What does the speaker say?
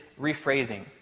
rephrasing